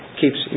keeps